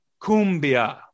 cumbia